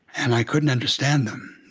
and i couldn't understand them.